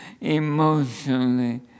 emotionally